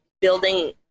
building